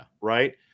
right